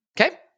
Okay